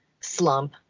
slump